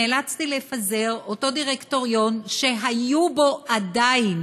נאלצתי לפזר את אותו דירקטוריון שהיו בו עדיין